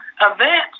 event